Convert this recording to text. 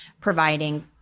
providing